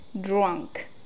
drunk